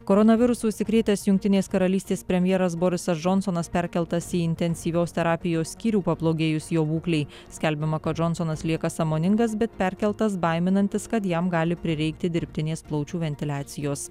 koronavirusu užsikrėtęs jungtinės karalystės premjeras borisas džonsonas perkeltas į intensyvios terapijos skyrių pablogėjus jo būklei skelbiama kad džonsonas lieka sąmoningas bet perkeltas baiminantis kad jam gali prireikti dirbtinės plaučių ventiliacijos